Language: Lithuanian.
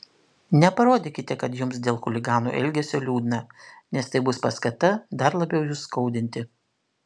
neparodykite kad jums dėl chuliganų elgesio liūdna nes tai bus paskata dar labiau jus skaudinti